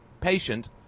patient